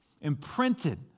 Imprinted